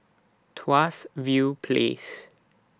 Tuas View Place